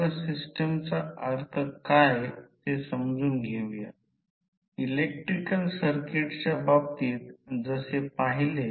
तर याचा अर्थ याचा अर्थ असा की सर्वसाधारणपणे ते सूत्र ट्रान्सफॉर्मर च्या व्होल्टेज नियमनाच्या सूत्राचे आहे